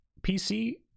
PC